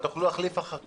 אבל תוכלו להחליף אחר כך.